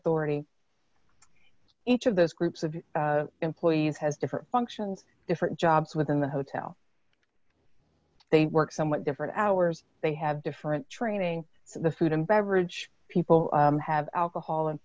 authority each of those groups of employees has different functions different jobs within the hotel they work somewhat different hours they have different training so the food and beverage people have alcohol and